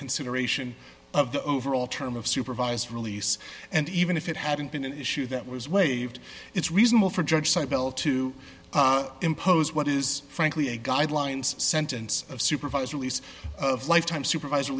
consideration of the overall term of supervised release and even if it hadn't been an issue that was waived it's reasonable for judge cybill to impose what is frankly a guidelines sentence of supervised release of lifetime supervis